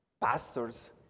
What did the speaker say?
pastors